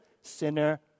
sinner